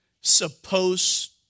supposed